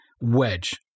wedge